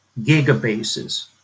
gigabases